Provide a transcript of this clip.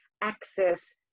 access